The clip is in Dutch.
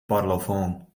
parlofoon